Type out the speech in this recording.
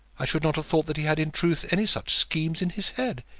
i should not have thought that he had in truth any such scheme in his head.